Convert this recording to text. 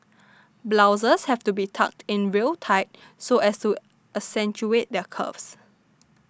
blouses have to be tucked in real tight so as to accentuate their curves